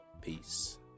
peace